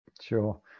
Sure